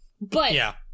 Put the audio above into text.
But-